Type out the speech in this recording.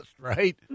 Right